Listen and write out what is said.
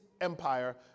Empire